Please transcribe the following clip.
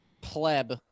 pleb